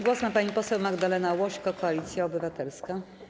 Głos ma pani poseł Magdalena Łośko, Koalicja Obywatelska.